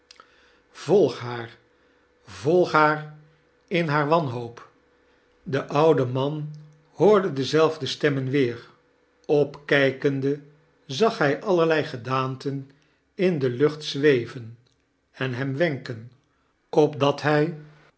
volg haar volg haar in haar wanhoop de oude man hoorde dezelfde stemmen weer opkijkende zag hij alierlei gedaanten in de lucht zweven en hem weaken opdat hij